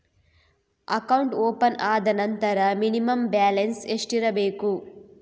Account open ಆದ ನಂತರ minimum balance ಎಷ್ಟಿರಬೇಕು?